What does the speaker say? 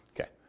Okay